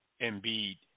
Embiid